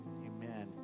Amen